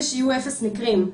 זה שיהיו אפס מקרים,